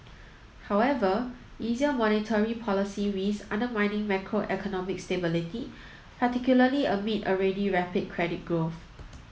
however easier monetary policy risks undermining macroeconomic stability particularly amid already rapid credit growth